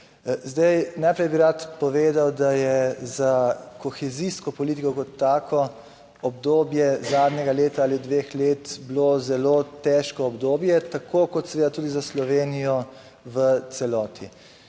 Najprej bi rad povedal, da je za kohezijsko politiko obdobje zadnjega leta ali dveh let bilo zelo težko obdobje, tako kot seveda tudi za Slovenijo v celoti.